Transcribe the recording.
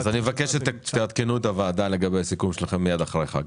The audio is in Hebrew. אז אני מבקש שתעדכנו את הוועדה לגבי הסיכום שלכם מיד אחרי החג.